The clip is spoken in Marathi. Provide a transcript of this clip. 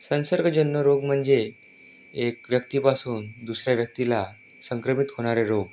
संसर्गजन्य रोग म्हणजे एक व्यक्तीपासून दुसऱ्या व्यक्तीला संक्रमित होणारे रोग